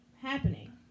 happening